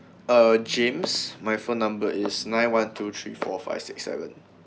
uh james my phone number is nine one two three four five six seven